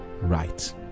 right